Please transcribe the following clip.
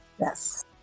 Yes